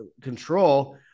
control